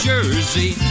Jersey